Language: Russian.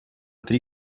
три